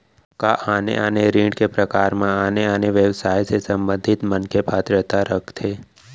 का आने आने ऋण के प्रकार म आने आने व्यवसाय से संबंधित मनखे पात्रता रखथे?